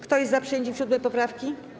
Kto jest za przyjęciem 7. poprawki?